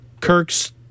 Kirk's